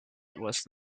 was